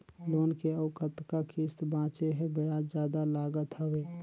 Loan के अउ कतका किस्त बांचें हे? ब्याज जादा लागत हवय,